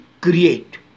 create